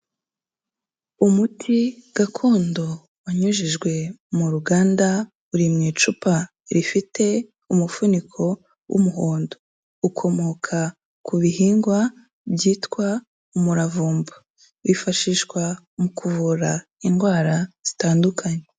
Umuti gakondo wanyujijwe mu ruganda, uri mu icupa rifite umufuniko w'umuhondo, ukomoka ku bihingwa byitwa umuravumba, wifashishwa mu kuvura indwara zitandukanye.